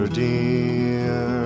dear